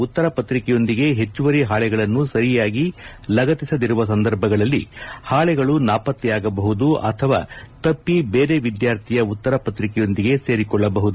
ಉತ್ತರ ಪತ್ರಿಕೆಯೊಂದಿಗೆ ಹೆಚ್ಚುವರಿ ಹಾಳೆಗಳನ್ನು ಸರಿಯಾಗಿ ಲಗತ್ತಿಸದಿರುವ ಸಂದರ್ಭಗಳಲ್ಲಿ ಹಾಳೆಗಳು ನಾಪತ್ತೆಯಾಗಬಹುದು ಅಥವಾ ತಪ್ಪಿ ಬೇರೆ ವಿದ್ಯಾರ್ಥಿಯ ಉತ್ತರ ಪತ್ರಿಕೆಯೊಂದಿಗೆ ಸೇರಿಕೊಳ್ಳಬಹುದು